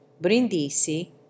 Brindisi